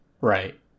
Right